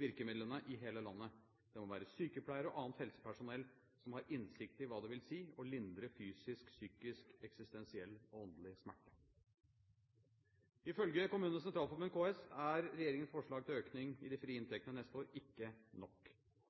virkemidlene – i hele landet. Det må være sykepleiere og annet helsepersonell som har innsikt i hva det vil si å lindre fysisk, psykisk, eksistensiell og åndelig smerte. Ifølge KS er regjeringens forslag til økning i de frie